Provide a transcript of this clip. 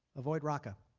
avoid raqqa.